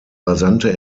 rasante